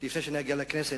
לפני שאני אגיע לכנסת,